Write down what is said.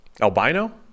Albino